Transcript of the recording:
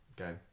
okay